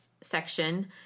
section